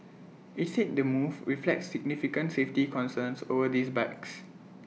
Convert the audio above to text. IT said the move reflects significant safety concerns over these bikes